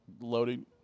loading